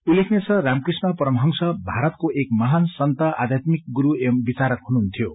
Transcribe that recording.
उल्लेखनीय छ रामकृष्ण परमहंस भारतको एक महान सन्त आध्यात्मिक गुरू एवं विचारक हुनुहुन्थ्यो